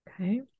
Okay